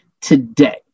today